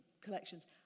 collections